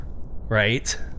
right